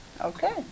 Okay